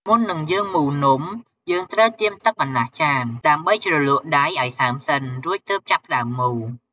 មុននឹងយើងមូលនំ យើងត្រូវត្រៀមទឹកកន្លះចាន ដើម្បីជ្រលក់ដៃឱ្យសើមសិន រួចទើបចាប់ផ្ដើមមូល។